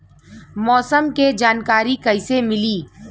मौसम के जानकारी कैसे मिली?